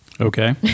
Okay